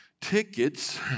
tickets